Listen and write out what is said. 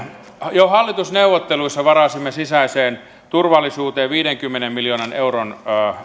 jo hallitusneuvotteluissa varasimme sisäiseen turvallisuuteen viidenkymmenen miljoonan euron